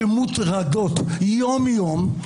שמוטרדות יום-יום,